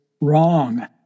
wrong